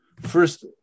first